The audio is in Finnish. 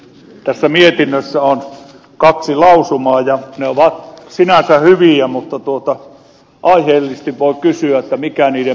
tässä mietinnössä on kaksi lausumaa ja ne ovat sinänsä hyviä mutta aiheellisesti voi kysyä mikä niiden merkitys on